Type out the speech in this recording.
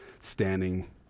standing